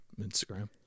Instagram